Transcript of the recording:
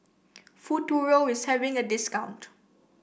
futuro is having a discount